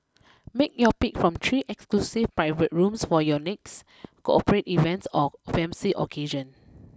make your pick from three exclusive private rooms for your next corporate events or fancy occasion